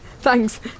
Thanks